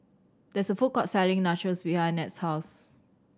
there is a food court selling Nachos behind Ned's house